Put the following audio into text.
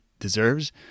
deserves